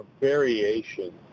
variation